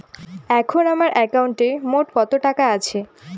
এখন আমার একাউন্টে মোট কত টাকা আছে?